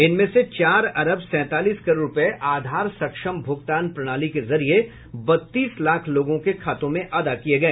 इनमें से चार अरब सैंतालीस करोड रूपये आधार सक्षम भूगतान प्रणाली के जरिए बत्तीस लाख लोगों के खातों में अदा किए गए